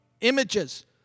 images